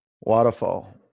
Waterfall